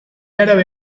árabe